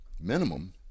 Minimum